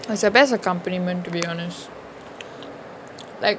it's the best accompaniment to be honest like